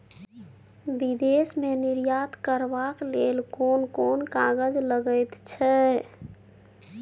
विदेश मे निर्यात करबाक लेल कोन कोन कागज लगैत छै